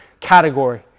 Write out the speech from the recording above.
category